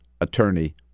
attorney